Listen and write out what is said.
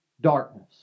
darkness